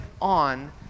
on